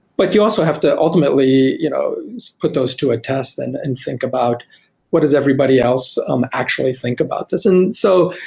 but you also have to ultimately you know put those to a test and and think about what does everybody else um actually think about this and so,